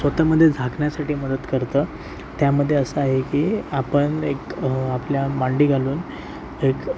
स्वतःमध्ये झाकण्यासाठी मदत करतं त्यामध्ये असं आहे की आपण एक आपल्या मांडी घालून एक